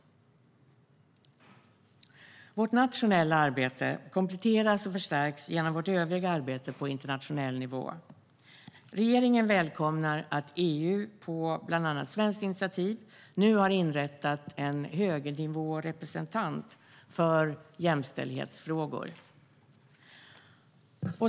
Vårt nationella arbete kompletteras och förstärks genom vårt övriga arbete på internationell nivå. Regeringen välkomnar att EU, på bland annat svenskt initiativ, nu har inrättat en högnivårepresentant för jämställdhetsfrågor.